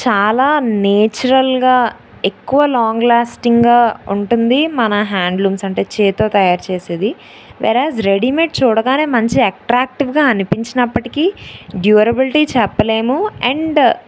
చాలా నేచురల్గా ఎక్కువ లాంగ్లాస్టింగ్గా ఉంటుంది మన హ్యాండ్లూమ్స్ అంటే చేతితో తయారు చేసేది వేర్యాజ్ రెడీమేడ్ చూడగానే మంచి అట్రాక్టివ్గా అనిపించినప్పటికీ డ్యూరబులిటీ చెప్పలేము అండ్